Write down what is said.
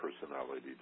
personality